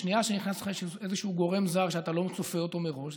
בשנייה שנכנס לך איזשהו גורם זר שאתה לא צופה אותו מראש,